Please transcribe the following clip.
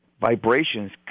vibrations